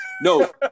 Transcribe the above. no